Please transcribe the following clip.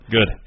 Good